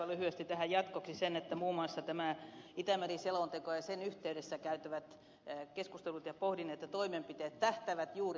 aivan lyhyesti tähän jatkoksi se että muun muassa tämä itämeri selonteko ja sen yhteydessä käytävät keskustelut ja pohdinnat ja toimenpiteet tähtäävät juuri tähän